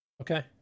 Okay